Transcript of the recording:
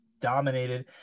dominated